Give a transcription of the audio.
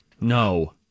No